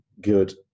good